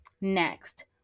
next